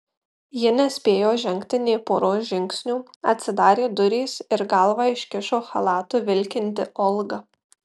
ji nespėjo žengti nė poros žingsnių atsidarė durys ir galvą iškišo chalatu vilkinti olga